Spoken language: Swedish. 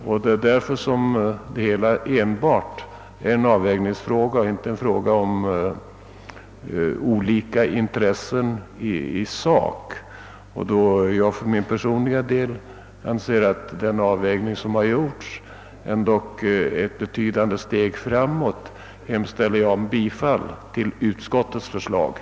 Jag upprepar att vi här har att göra med en avvägningsfråga, inte en fråga om olika intressen i sak. Och då jag anser att den avvägning som gjorts innebär ett betydande steg framåt yrkar jag bifall till utskottets hemställan.